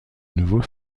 nouveau